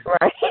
Right